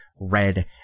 red